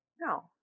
No